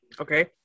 Okay